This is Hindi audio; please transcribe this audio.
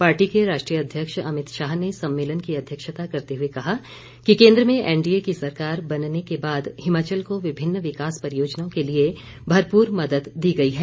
पार्टी के राष्ट्रीय अध्यक्ष अमित शाह ने सम्मेलन की अध्यक्षता करते हुए कहा कि केन्द्र में एनडीए की सरकार बनने के बाद हिमाचल को विभिन्न विकास परियोजनाओं के लिए भरपूर मदद दी गई है